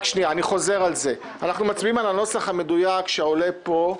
אני חוזר על זה: אנחנו מצביעים על הנוסח המדויק שעולה פה,